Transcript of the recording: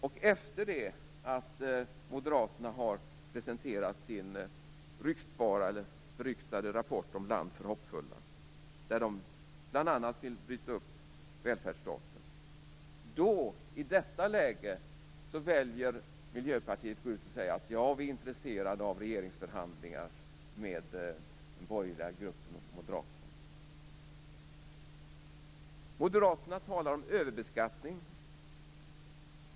Och den sker efter det att Moderaterna har presenterat sin beryktade rapport Land för hoppfulla, där det står att Moderaterna bl.a. vill bryta upp välfärdsstaten. I detta läge väljer Miljöpartiet att gå ut och säga att man är intresserad av regeringsförhandlingar med den borgerliga gruppen och Moderaterna. Moderaterna talar om överbeskattning.